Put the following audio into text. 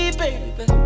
baby